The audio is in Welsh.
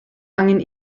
angen